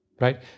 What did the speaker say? right